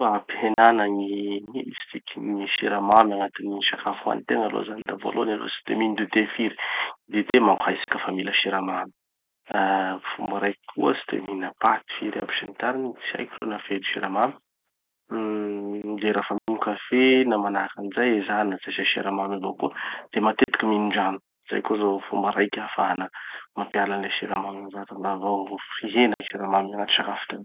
Mba hampihenana gny, ino izy tiky, gny siramamy agnatin'ny gny sakafo hanitegna aloha zany da voalohany aloha tsy de mino dité firy. Dité manko haitsika fa mila siramamy. Ah fomba raiky koa tsy de mihina paty firy aby sy ny tariny. Tsy haiko reo na feno siramamy. Uhm de raha fa mino kafé na manahaky anizay, ezahana tsy asia siramamy avao koa. De matetiky minon-drano. Zay koa zao fomba raiky, ahafahana mampiala any le siramamy amy vatanao. Hihena gny siramamy agnatinn'ny sakafotegna.